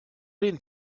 den